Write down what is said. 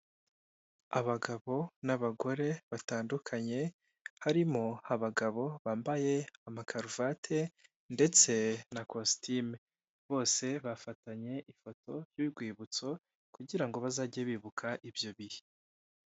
Abagabo n'abagore batandukanye, harimo abagabo bambaye amakaruvate ndetse na kositime. Bose bafatanye ifoto y'urwibutso kugira ngo bazajye bibuka ibyo bihe.